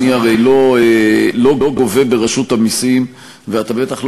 אני הרי לא גובה ברשות המסים ואתה בטח לא